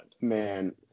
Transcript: Man